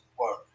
work